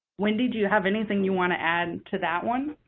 wendy, do you have anything you want to add to that one?